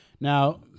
Now